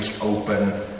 open